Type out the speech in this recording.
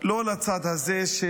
לא לצד הזה,